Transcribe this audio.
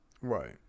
right